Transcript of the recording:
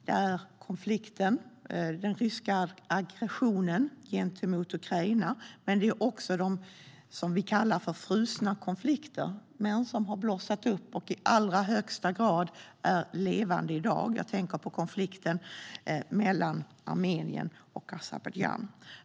Det gäller inte bara sådant som den ryska aggressionen gentemot Ukraina utan också det vi kallar frusna konflikter men som har blossat upp och i allra högsta grad är levande i dag. Jag tänker då på konflikten mellan Armenien och Azerbajdzjan.